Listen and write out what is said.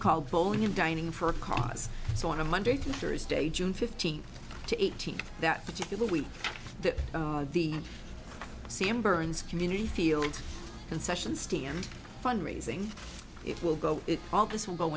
called bowling and dining for a cause it's on a monday through thursday june fifteenth to eighteenth that particular week the same burns community field concession stand fund raising it will go all this will go